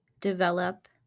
develop